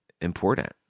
important